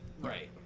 Right